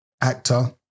actor